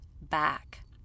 back